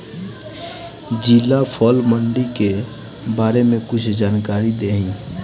जिला फल मंडी के बारे में कुछ जानकारी देहीं?